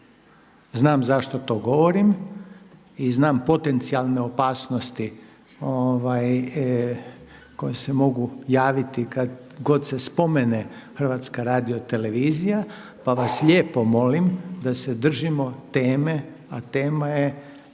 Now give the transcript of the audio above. Znam zašto to govorim i znam potencijalne opasnosti koje se mogu javiti kad god se spomene HRT, pa vas lijepo molim da se držimo teme, a tema je